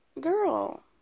Girl